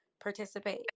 participate